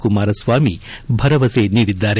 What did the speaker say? ಕುಮಾರಸ್ವಾಮಿ ಭರವಸೆ ನೀಡಿದ್ದಾರೆ